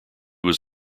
was